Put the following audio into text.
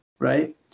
Right